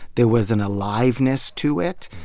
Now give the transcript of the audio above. there was an aliveness to it.